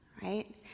right